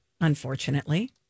Unfortunately